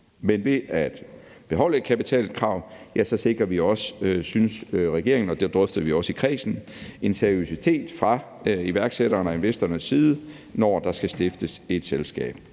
Men ved at beholde kapitalkravet sikrer vi også, synes regeringen, og det drøftede vi også i kredsen, en seriøsitet fra iværksætternes og investorernes side, når der skal stiftes et selskab.